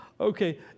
Okay